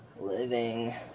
living